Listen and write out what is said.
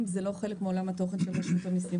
זה לא חלק מעולם התוכן של רשות המיסים.